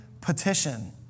petition